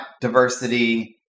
diversity